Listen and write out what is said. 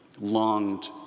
longed